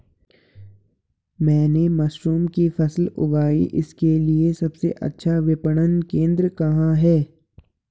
मैंने मशरूम की फसल उगाई इसके लिये सबसे अच्छा विपणन केंद्र कहाँ है?